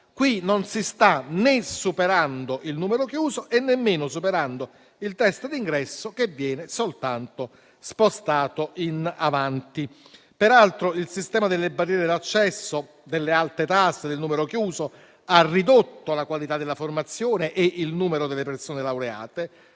Qui non si sta né superando il numero chiuso, né superando il test di ingresso, che viene soltanto spostato più avanti. Peraltro, il sistema delle barriere d'accesso, delle alte tasse e del numero chiuso ha ridotto la qualità della formazione e il numero delle persone laureate.